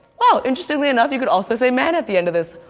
wow, interestingly enough you could also say man at the end of this.